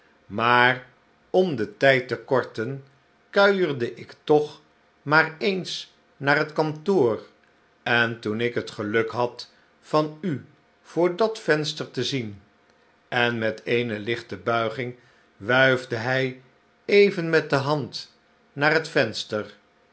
den bankiee den tijd te korten kuierde ik toch maar eens naar het kantoor en toen ik het geluk had van u voor dat venster te zien en met eene lichte buiging wuifde hij even met de hand naar het venster